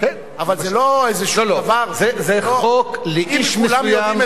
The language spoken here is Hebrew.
אבל זה לא, זה חוק לאיש מסוים,